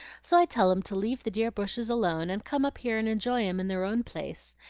so i tell em to leave the dear bushes alone, and come up here and enjoy em in their own place.